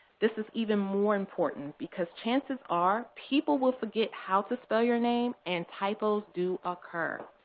this is even more important because chances are people will forget how to spell your name, and typos do occur.